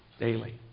Daily